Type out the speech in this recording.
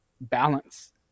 balance